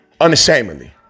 Unashamedly